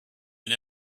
and